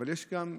אבל יש כאן,